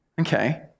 Okay